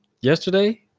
Yesterday